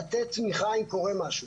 לתת תמיכה אם קורה משהו.